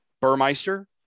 Burmeister